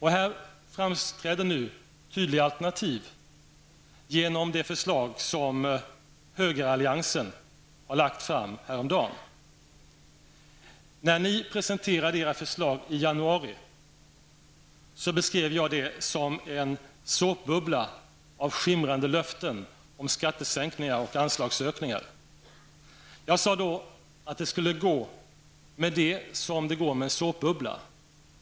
Här framträder nu tydliga alternativ genom det förslag som högeralliansen har lagt fram häromdagen. När ni presenterade era förslag i januari beskrev jag det som en såpbubbla av skimrande löften om skattesänkningar och anslagsökningar. Jag sade då att det skulle gå med det som det går med en såpbubbla.